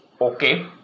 okay